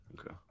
okay